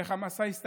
איך המסע הסתיים?